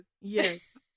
Yes